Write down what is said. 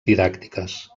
didàctiques